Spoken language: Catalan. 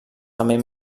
també